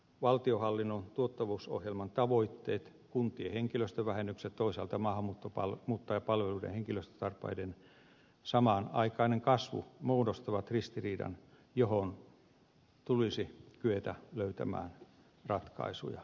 valtionhallinnon tuottavuusohjelman tavoitteet kuntien henkilöstövähennykset toiselta maha mutta pallot mutta ja toisaalta maahanmuuttajapalveluiden henkilöstötarpeiden samanaikainen kasvu muodostavat ristiriidan johon tulisi kyetä löytämään ratkaisuja